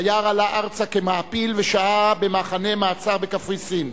טיאר עלה ארצה כמעפיל ושהה במחנה מעצר בקפריסין.